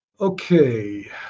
Okay